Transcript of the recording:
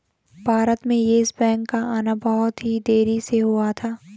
भारत में Yes Bank का आना बहुत ही देरी से हुआ था